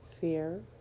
fear